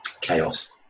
chaos